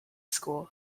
school